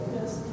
Yes